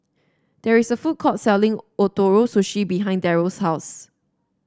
there is a food court selling Ootoro Sushi behind Darrel's house